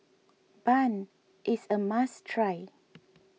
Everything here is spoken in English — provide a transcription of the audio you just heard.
Bun is a must try